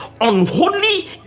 unholy